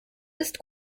ist